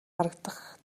харагдах